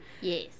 Yes